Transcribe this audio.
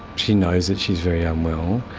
she knows that she is very unwell.